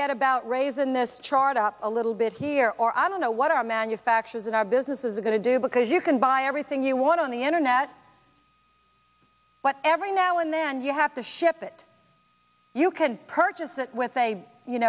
get about raisin this chart up a little bit here or i don't know what our manufacturers and our businesses are going to do because you can buy everything you want on the internet but every now and then you have to ship it you can purchase it with a you